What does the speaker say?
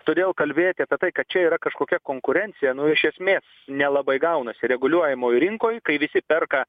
todėl kalbėti apie tai kad čia yra kažkokia konkurencija nu iš esmės nelabai gaunasi reguliuojamoj rinkoj kai visi perka